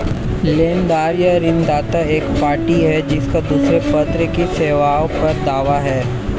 लेनदार या ऋणदाता एक पार्टी है जिसका दूसरे पक्ष की सेवाओं पर दावा है